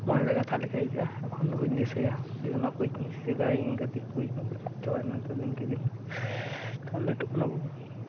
ᱢᱚᱱᱮᱨᱮ ᱜᱟᱛᱷᱟᱜ ᱞᱮᱠᱟ ᱟᱹᱭᱠᱟᱹᱜᱼᱟ ᱮᱠᱷᱚᱱ ᱚᱱᱟ ᱠᱚᱧ ᱫᱤᱥᱟᱹᱭᱟ ᱚᱱᱟ ᱠᱚ ᱥᱮᱫᱟᱭᱤᱧ ᱜᱟᱛᱮᱜ ᱛᱩᱞᱩᱡ ᱚᱱᱟ ᱠᱚ ᱟᱫ ᱪᱟᱵᱟᱭ ᱮᱱᱟ ᱫᱤᱱ ᱠᱮ ᱫᱤᱱ ᱞᱟᱹᱴᱩᱜ ᱠᱟᱱᱟ ᱵᱚ